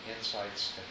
insights